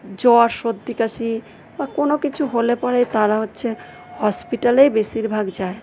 জ্বর সর্দি কাশি বা কোনোকিছু হলে পরে তারা হচ্ছে হসপিটলেই বেশিরভাগ যায়